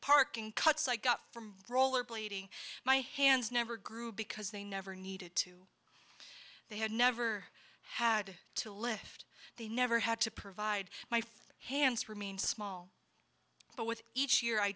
parking cuts i got from rollerblading my hands never grew because they never needed to they had never had to lift they never had to provide my hands remain small but with each year i